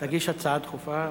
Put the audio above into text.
תגיש הצעה דחופה.